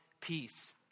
peace